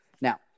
Now